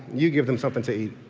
you give them something to eat.